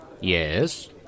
Yes